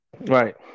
right